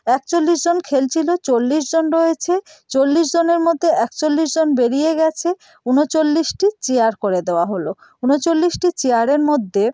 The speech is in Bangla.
একচল্লিশ জন খেলছিল চল্লিশ জন রয়েছে চল্লিশ জনের মধ্যে একচল্লিশ জন বেরিয়ে গিয়েছে উনচল্লিশটি চেয়ার করে দেওয়া হল উনচল্লিশটি চেয়ারের মধ্যে